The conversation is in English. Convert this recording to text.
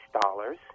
dollars